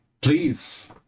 Please